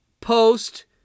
post